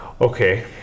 Okay